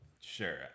sure